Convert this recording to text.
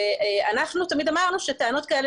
אמרו,